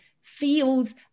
feels